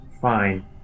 Fine